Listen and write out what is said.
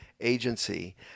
agency